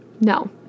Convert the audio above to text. No